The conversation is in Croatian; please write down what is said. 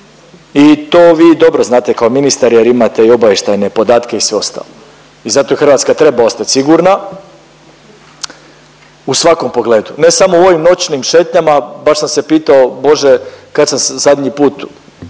i to vi dobro znate kao ministar jer imate obavještajne podatke i sve ostalo. I zato Hrvatska treba ostati sigurna u svakom pogledu, ne samo u ovim noćnim šetnjama. Baš sam se pitao, Bože kad sam se zadnji put